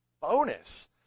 bonus